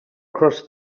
across